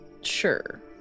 sure